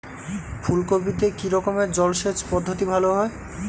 ফুলকপিতে কি রকমের জলসেচ পদ্ধতি ভালো হয়?